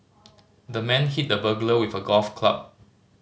the man hit the burglar with a golf club